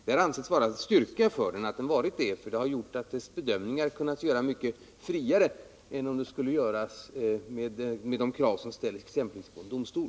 Det har ansetts vara en styrka för nämnden att den varit rådgivande, för det har medfört att dess bedömningar kunnat göras mycket friare än om de skulle göras med de krav som ställs exempelvis på en domstol.